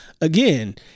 again